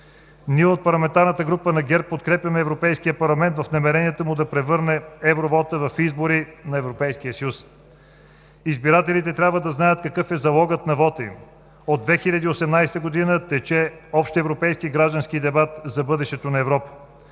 Ние от парламентарната група на ГЕРБ подкрепяме Европейския парламент в намеренията му да превърне евровота в избори на Европейския съюз. Избирателите трябва да знаят какъв е залогът на вота им. От 2018 г. тече общ европейски граждански дебат за бъдещето на Европа.